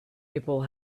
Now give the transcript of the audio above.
people